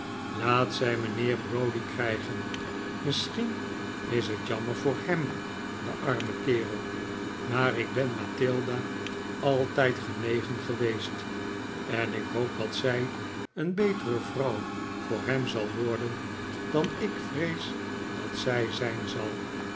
laat zij mijnheer browdie krijgen misschien is het jammer voor hem den armen kerel maar ik ben mathilda altijd genegen geweest en ik hoop dat zij een betere vrouw voor hem zal worden dan ik vrees dat zij zijn zal